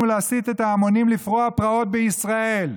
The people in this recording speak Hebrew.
ולהסית את ההמונים לפרוע פרעות בישראל.